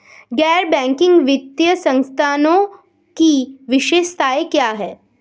गैर बैंकिंग वित्तीय संस्थानों की विशेषताएं क्या हैं?